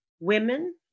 Women